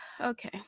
okay